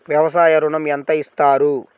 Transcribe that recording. వ్యవసాయ ఋణం ఎంత ఇస్తారు?